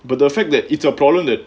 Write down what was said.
but the fact that it's a problem that